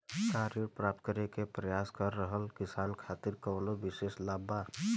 का ऋण प्राप्त करे के प्रयास कर रहल किसान खातिर कउनो विशेष लाभ बा?